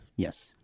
Yes